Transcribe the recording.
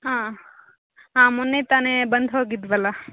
ಹಾಂ ಆಂ ಮೊನ್ನೆ ತಾನೇ ಬಂದು ಹೋಗಿದ್ವಲ್ಲ